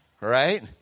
right